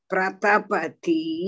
Pratapati